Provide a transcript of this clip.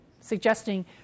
suggesting